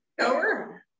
over